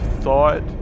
thought